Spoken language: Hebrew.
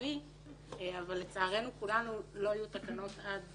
לצערנו כולנו, לא יהיו תקנות עד